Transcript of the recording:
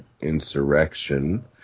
insurrection